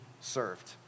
served